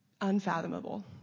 unfathomable